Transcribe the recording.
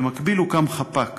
במקביל הוקם חפ"ק